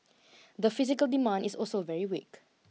the physical demand is also very weak